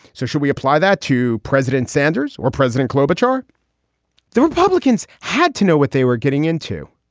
so should we apply that to president sanders or president kopitar? the republicans had to know what they were getting into.